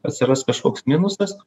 atsiras kažkoks minusas